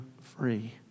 free